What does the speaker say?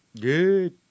Good